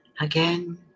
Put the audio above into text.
Again